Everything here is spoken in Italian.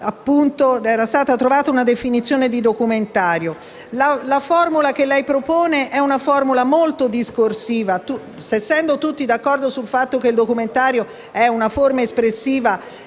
La formula che lei propone è molto discorsiva. Essendo tutti d'accordo sul fatto che il documentario è una forma espressiva,